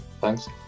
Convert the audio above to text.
Thanks